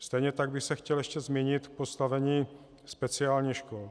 Stejně tak bych se chtěl ještě zmínit o postavení speciálních škol.